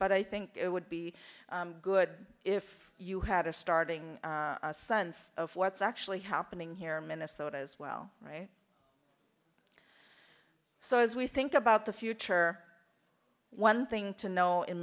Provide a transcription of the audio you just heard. but i think it would be good if you had a starting sons of what's actually happening here in minnesota as well right so as we think about the future one thing to know in